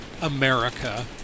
America